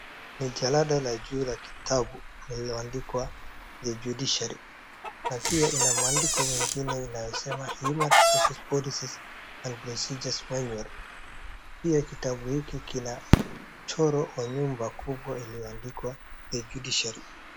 Ni jalada la juu la kitabu lililoandikwa the judiciary na pia ina maandiko mengine inayosema human resource policies and procedures manual pia kitabu hiki kina mchoro wa nyumba kubwa iliyoandikwa the judiciary .